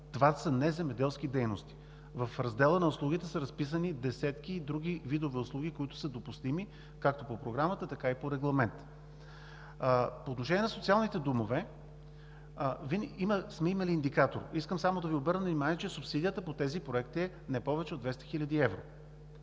това са неземеделски дейности. В раздела на услугите са разписани десетки други видове услуги, които са допустими – както по Програмата, така и по Регламента. По отношение на социалните домове сме имали индикатор. Искам само да Ви обърна внимание, че субсидията по тези проекти е не повече от 200 хил. евро.